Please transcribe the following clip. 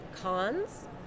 cons